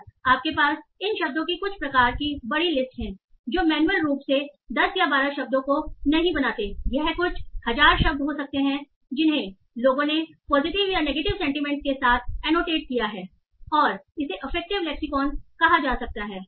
और आपके पास इन शब्दों की कुछ प्रकार की बड़ी लिस्ट है जो मैन्युअल रूप से कुछ 10 या 12 शब्दों को नहीं बनाते हैं यह कुछ 1000 शब्द हो सकते हैं जिन्हें लोगों ने पॉजिटिव या नेगेटिव सेंटीमेंट्स के साथ एनोटेट किया है और इसे अफेक्टिव लेक्सिकॉन कहा जाता है